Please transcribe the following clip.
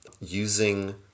using